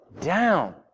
down